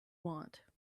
want